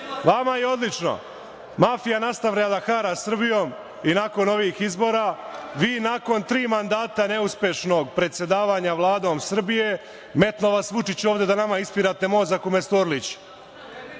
Vama je odlično. Mafija raste da hara Srbijom i nakon novih izbora. Vi nakon tri mandata neuspešnog predsedavanja Vladom Srbije metnuo vas Vučić ovde da nama ispirate mozak umesto